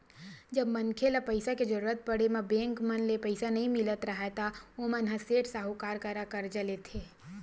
जब मनखे ल पइसा के जरुरत पड़े म बेंक मन ले पइसा नइ मिलत राहय ता ओमन ह सेठ, साहूकार करा करजा लेथे